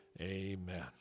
Amen